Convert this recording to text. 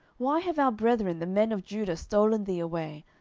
why have our brethren the men of judah stolen thee away,